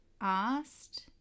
asked